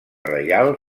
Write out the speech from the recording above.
reial